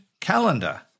calendar